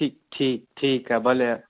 ठी ठीकु ठीकु आहे भले